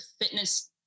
fitness